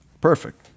Perfect